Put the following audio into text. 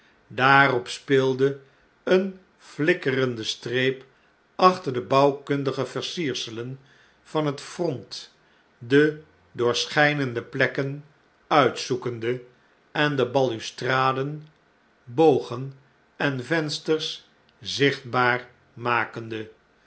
daarop speelde eene flikkerende streep achter de bouwkundige versierselen van het front de doorsclujnende plekken uitzoekende en de balustraden bogen en vensters zichtbaar makende